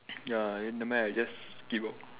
ya then never mind I just skip lor